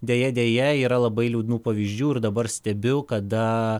deja deja yra labai liūdnų pavyzdžių ir dabar stebiu kada